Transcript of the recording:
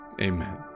amen